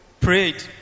prayed